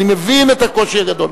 אני מבין את הקושי הגדול,